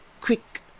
quick